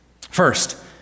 First